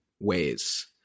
Ways